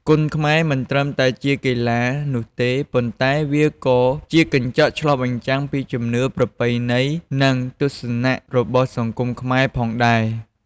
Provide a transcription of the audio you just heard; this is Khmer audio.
គុនខ្មែរមិនត្រឹមតែជាកីឡានោះទេ ប៉ុន្តែវាក៏ជាកញ្ចក់ឆ្លុះបញ្ចាំងពីជំនឿ ប្រពៃណី និងទស្សនៈរបស់សង្គមខ្មែរផងដែរ។